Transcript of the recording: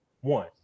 one